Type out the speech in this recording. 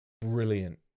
Brilliant